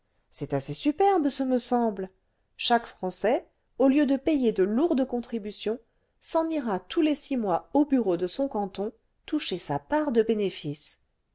c'est assez superbe ce me semble chaque français au lieu de payer de lourdes contributions s'en ira tous les six mois au bureau de son canton toucher sa part de bénéfice